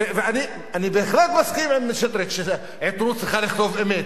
אני בהחלט מסכים עם שטרית שהעיתונות צריכה לכתוב אמת,